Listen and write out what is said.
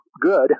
good